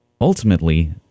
Ultimately